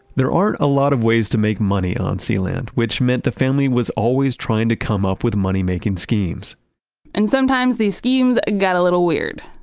there aren't a lot of ways to make money on sealand, which meant the family was always trying to come up with money-making schemes and sometimes these schemes got a little weird.